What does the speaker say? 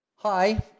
Hi